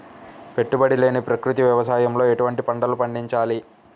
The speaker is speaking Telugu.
పెట్టుబడి లేని ప్రకృతి వ్యవసాయంలో ఎటువంటి పంటలు పండించాలి?